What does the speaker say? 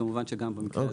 כמובן שגם במקרה הזה.